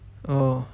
oh